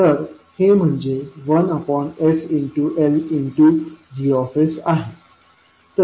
तर हे म्हणजे 1sLVs आहे